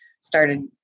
started